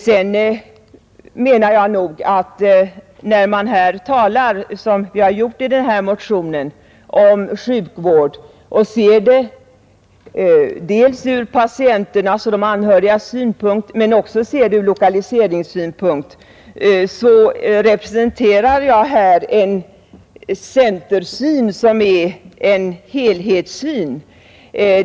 Jag menar också att det resonemang som vi har fört i den här motionen, där vi sett sjukvården dels ur patienternas och de anhörigas synpunkt, dels ur lokaliseringssynpunkt, representerar en helhetssyn som är utmärkande för centerpartiet.